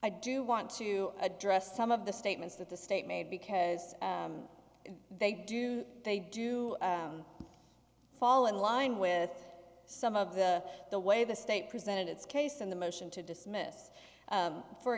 i do want to address some of the statements that the state made because they do they do fall in line with some of the the way the state presented its case in the motion to dismiss